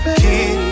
kid